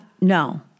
no